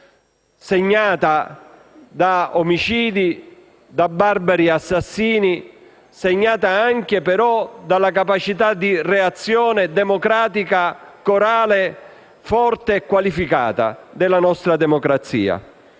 segnata da omicidi, da barbari assassini, ma anche dalla capacità di reazione democratica, corale, forte e qualificata della nostra democrazia.